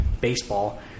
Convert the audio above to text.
baseball